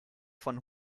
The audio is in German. von